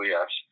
Yes